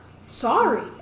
Sorry